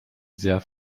sehr